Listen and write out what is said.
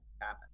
happen